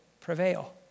prevail